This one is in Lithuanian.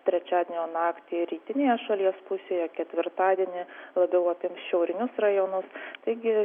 trečiadienio naktį rytinėje šalies pusėje ketvirtadienį labiau apims šiaurinius rajonus taigi